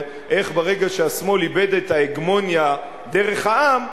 איך ברגע שהשמאל איבד את ההגמוניה דרך העם,